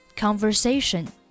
Conversation